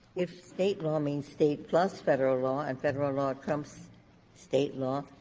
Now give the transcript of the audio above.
if state law means state plus federal law and federal law trumps state law,